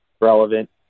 relevant